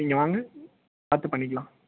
நீங்கள் வாங்க பார்த்து பண்ணிக்கலாம்